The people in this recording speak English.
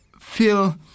feel